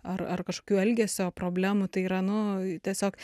ar ar kažkokių elgesio problemų tai yra nu tiesiog